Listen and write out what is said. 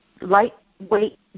lightweight